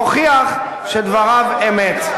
מוכיח שדבריו אמת.